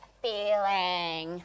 feeling